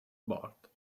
bart